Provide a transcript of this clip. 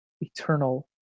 eternal